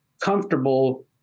comfortable